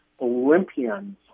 Olympians